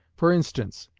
for instance,